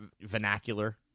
vernacular